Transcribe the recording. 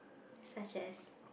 such as